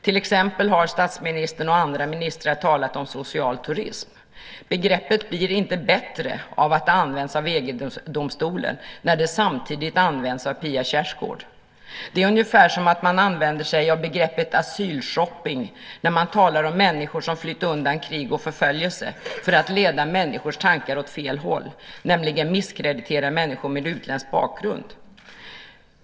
Till exempel har statsministern och andra ministrar talat om "social turism". Begreppet blir inte bättre av att det använts av EG-domstolen när det samtidigt används av Pia Kjaersgaard. Det är ungefär som att man använder sig av begreppet "asylshopping" när man talar om människor som flytt undan krig och förföljelse för att leda människors tankar åt fel håll, nämligen misskreditera människor med utländsk bakgrund.